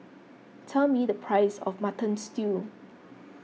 tell me the price of Mutton Stew